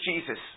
Jesus